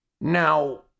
Now